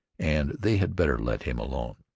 and they had better let him alone.